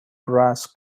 brass